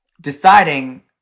deciding